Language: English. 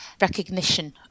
Recognition